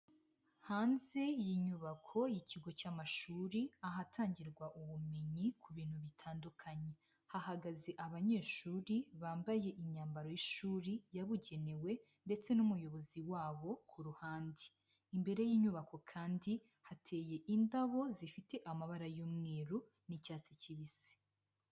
Hanze y'inyubako y'ikigo cy'amashuri ahatangirwa ubumenyi ku bintu bitandukanye. Hahagaze abanyeshuri bambaye imyambaro y'ishuri yabugenewe ndetse n'umuyobozi wabo ku ruhande. Imbere y'inyubako kandi hateye indabo zifite amabara y'umweru n'icyatsi kibisi.